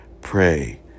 pray